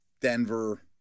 Denver